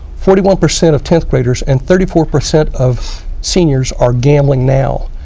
forty one percent of tenth graders and thirty four percent of seniors are gambling now.